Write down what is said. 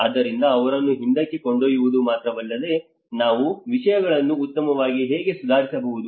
ಆದ್ದರಿಂದ ಅವರನ್ನು ಹಿಂದಕ್ಕೆ ಕೊಂಡೊಯ್ಯುವುದು ಮಾತ್ರವಲ್ಲದೆ ನಾವು ವಿಷಯಗಳನ್ನು ಉತ್ತಮವಾಗಿ ಹೇಗೆ ಸುಧಾರಿಸಬಹುದು